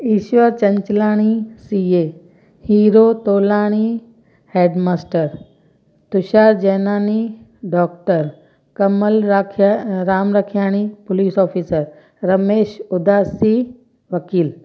Ishwar Chanchlani C A Hiro Tolani headmaster Tushar Jaynani doctor Kamal Rakhiya Ram Lakhyani police officer Ramesh Udasi वकील